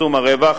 מקסום הרווח.